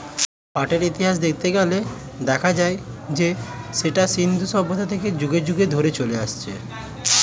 পাটের ইতিহাস দেখতে গেলে দেখা যায় যে সেটা সিন্ধু সভ্যতা থেকে যুগ যুগ ধরে চলে আসছে